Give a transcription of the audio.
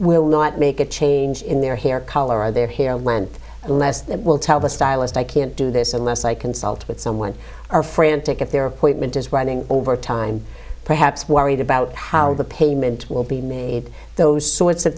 will not make a change in their hair color or their hair length less that will tell the stylist i can't do this unless i consult with someone or frantic if their appointment is running over time perhaps worried about how the payment will be made those sorts of